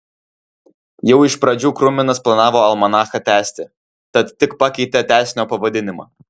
jau iš pradžių kruminas planavo almanachą tęsti tad tik pakeitė tęsinio pavadinimą